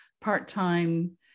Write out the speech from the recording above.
part-time